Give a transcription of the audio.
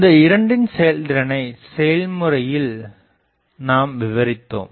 இந்த இரண்டின் செயல்திறனை செயல்முறையில் செயல்முறையில் நாம் விவரித்தோம்